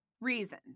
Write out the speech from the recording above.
reason